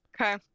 Okay